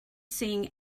sing